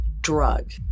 drug